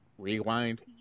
rewind